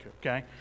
okay